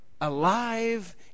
alive